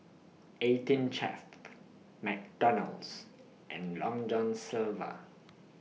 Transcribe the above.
eighteen Chef McDonald's and Long John Silver